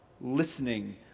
listening